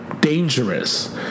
dangerous